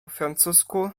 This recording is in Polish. francusku